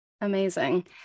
Amazing